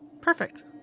Perfect